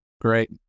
Great